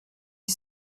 dix